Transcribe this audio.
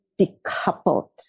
decoupled